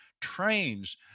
trains